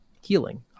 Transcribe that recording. healing